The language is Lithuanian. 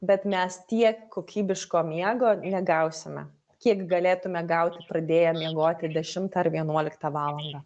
bet mes tiek kokybiško miego negausime kiek galėtume gauti pradėję miegoti dešimtą ar vienuoliktą valandą